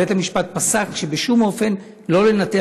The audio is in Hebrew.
ובית-המשפט פסק שבשום אופן לא לנתח.